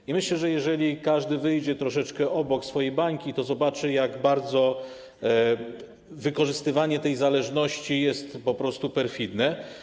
I myślę, że jeżeli każdy wyjdzie troszeczkę obok swojej bańki, to zobaczy, jak bardzo wykorzystywanie tej zależności jest po prostu perfidne.